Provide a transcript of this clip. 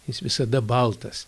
jis visada baltas